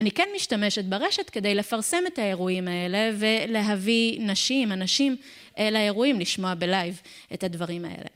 אני כן משתמשת ברשת כדי לפרסם את האירועים האלה ולהביא נשים, אנשים לאירועים לשמוע בלייב את הדברים האלה.